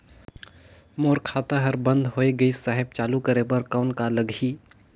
मोर खाता हर बंद होय गिस साहेब चालू करे बार कौन का लगही?